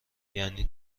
یعنی